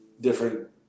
different